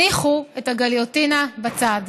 הניחו את הגיליוטינה בצד.